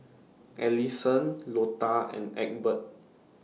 Allisson Lota and Egbert